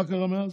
מה קרה מאז?